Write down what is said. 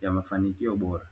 ya mafanikio bora